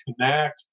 connect